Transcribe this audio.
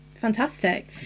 Fantastic